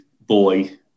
boy